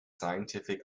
scientific